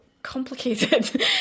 complicated